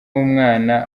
umwana